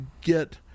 get